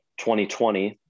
2020